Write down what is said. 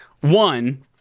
one